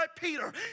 Peter